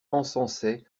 encensaient